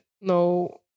no